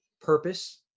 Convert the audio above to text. purpose